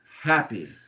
happy